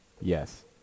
Yes